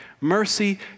mercy